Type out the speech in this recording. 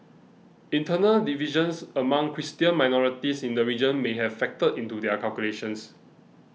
internal divisions among Christian minorities in the region may have factored into their calculations